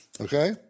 Okay